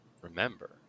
remember